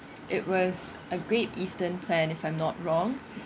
it was a Great Eastern plan if I'm not wrong